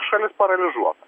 šalis paralyžiuota